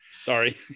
sorry